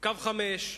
בקו 5,